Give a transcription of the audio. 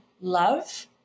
love